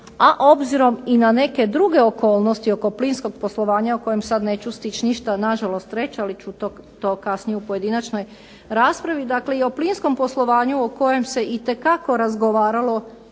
a obzirom i na neke druge okolnosti oko plinskog poslovanja o kojem sad neću stići ništa nažalost reći, ali ću to kasnije u pojedinačnoj raspravi, dakle i o plinskom poslovanju o kojem se itekako razgovaralo